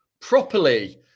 properly